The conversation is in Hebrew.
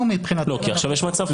לא, כי עכשיו יש מצב חדש.